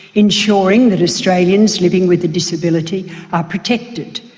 ensuring that australians living with a disability are protected.